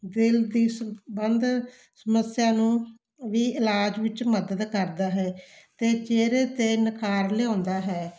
ਦਿਲ ਦੀ ਸੰਬੰਧ ਸਮੱਸਿਆ ਨੂੰ ਵੀ ਇਲਾਜ ਵਿੱਚ ਮਦਦ ਕਰਦਾ ਹੈ ਅਤੇ ਚਿਹਰੇ 'ਤੇ ਨਖਾਰ ਲਿਆਉਂਦਾ ਹੈ